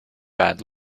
bad